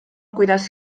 kuidas